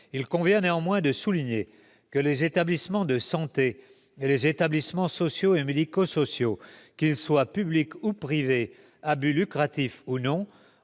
Il convient néanmoins de souligner que les établissements de santé et les établissements sociaux et médico-sociaux, qu'ils soient publics ou privés, à but lucratif ou non,